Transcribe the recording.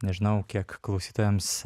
nežinau kiek klausytojams